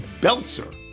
Belzer